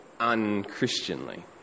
unchristianly